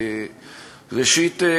ראשית,